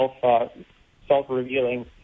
self-revealing